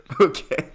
Okay